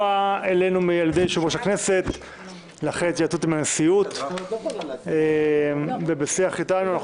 הובאה אלינו מיושב-ראש הכנסת לאחר התייעצות עם הנשיאות ובשיח אתנו.